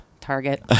Target